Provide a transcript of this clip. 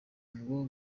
ngo